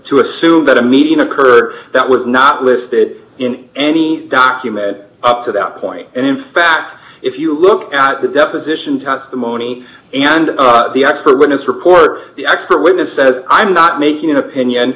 to assume that a meeting occurred that was not listed in any document up to that point and in fact if you look at the deposition testimony and the expert witness report the expert witness says i'm not making an opinion